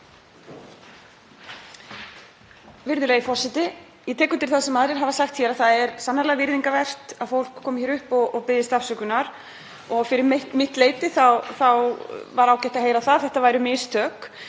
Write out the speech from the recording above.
Virðulegi forseti. Ég tek undir það sem aðrir hafa sagt hér að það er sannarlega virðingarvert að fólk komi hingað upp og biðjist afsökunar og fyrir mitt leyti þá var ágætt að heyra að þetta væru mistök.